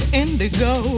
indigo